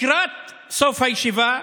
לקראת סוף הישיבה,